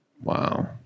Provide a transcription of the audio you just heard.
Wow